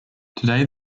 today